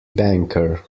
banker